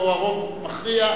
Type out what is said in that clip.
פה הרוב מכריע.